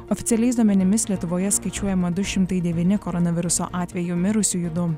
oficialiais duomenimis lietuvoje skaičiuojama du šimtai devyni koronaviruso atvejų mirusiųjų du